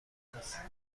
هستم